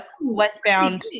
westbound